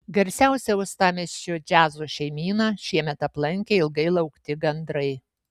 garsiausią uostamiesčio džiazo šeimyną šiemet aplankė ilgai laukti gandrai